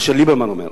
מה שליברמן אומר.